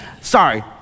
Sorry